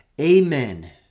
Amen